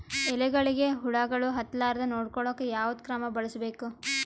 ಎಲೆಗಳಿಗ ಹುಳಾಗಳು ಹತಲಾರದೆ ನೊಡಕೊಳುಕ ಯಾವದ ಕ್ರಮ ಬಳಸಬೇಕು?